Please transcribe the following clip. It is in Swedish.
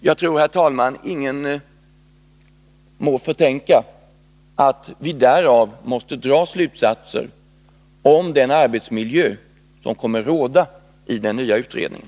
Jag tror, herr talman, att ingen må förtänka oss att vi därav måste dra slutsatser om den arbetsmiljö som kommer att råda i den nya utredningen.